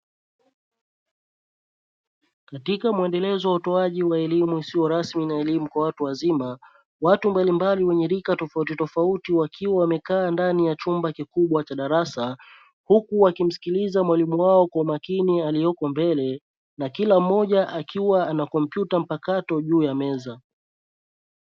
Katika muendelezo wa utoaji wa elimu isiyo rasmi na elimu kwa watu wazima, watu mbalimbali wenye rika tofauti tofauti wamekaa ndani ya chumba cha darasa huku wakimsikiliza mwalimu wao kwa makini aliyepo mbele na kila mmoja akiwa ana kompyuta mpakato juu ya meza.